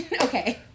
okay